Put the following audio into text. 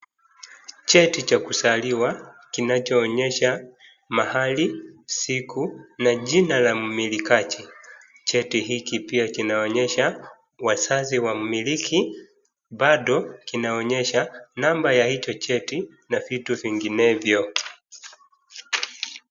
Cheti cha kuzaliwa kinacho onyesha mahali, siku na jina la mmilikaji. Cheti hiki pia kinaonyesha wazazi wammiliki. Bado kinaonyesha namba ya ya hicho cheti na vitu vinginevyo.